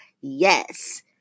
yes